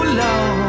long